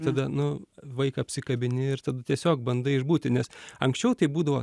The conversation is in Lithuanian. tada nu vaiką apsikabini ir tada tiesiog bandai išbūti nes anksčiau tai būdavo